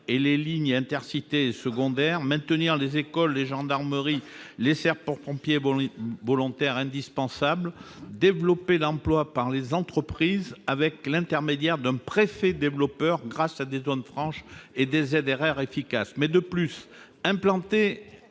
et les lignes Intercités secondaires, maintenir les écoles, les gendarmeries, les sapeurs-pompiers volontaires, car ils sont indispensables, développer l'emploi par les entreprises par l'intermédiaire d'un préfet développeur, grâce à des zones franches et des ZRR efficaces. De plus, il faut